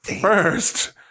first